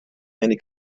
many